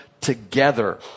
together